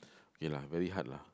okay lah very hard lah